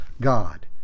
God